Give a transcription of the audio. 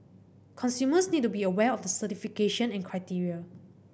consumers need to be aware of the certification and criteria